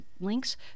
links